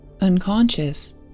Unconscious